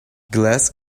glass